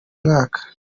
mwaka